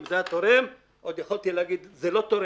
אם הוא היה תורם, עוד יכולתי להגיד זה לא תורם.